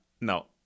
no